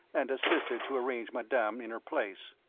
and assisted to arrange madame in her place.